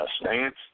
stance